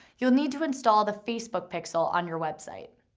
you'll need to install the facebook pixel on your website.